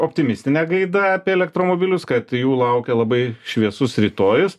optimistine gaida apie elektromobilius kad jų laukia labai šviesus rytojus